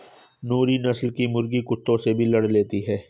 नूरी नस्ल की मुर्गी कुत्तों से भी लड़ लेती है